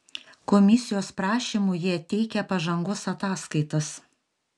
komisijos prašymu jie teikia pažangos ataskaitas